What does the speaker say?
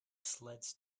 sleds